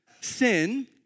sin